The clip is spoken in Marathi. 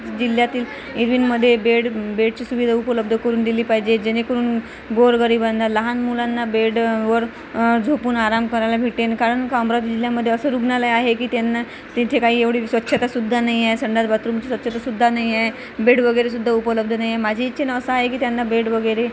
जिल्ह्यातील इरविनमध्ये बेड बेडची सुविधा उपलब्ध करून दिली पाहिजे जेणेकरून गोरगरीबांना लहान मुलांना बेडवर झोपून आराम करायला भेटेल कारण का अमरावती जिल्ह्यामध्ये असं रुग्णालय आहे की त्यांना तिथे काही एवढी स्वच्छतासुद्धा नाही आहे संडास बाथरूमची स्वच्छतासुद्धा नाही आहे बेड वगैरे सुद्धा उपलब्ध नाही आहे माझी इच्छा न असं आहे की त्यांना बेड वगैरे